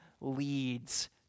leads